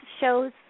shows